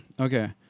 Okay